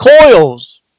coils